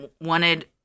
wanted